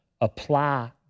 apply